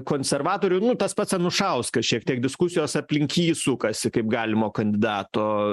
konservatorių nu tas pats anušauskas šiek tiek diskusijos aplink jį sukasi kaip galimo kandidato